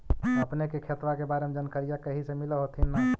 अपने के खेतबा के बारे मे जनकरीया कही से मिल होथिं न?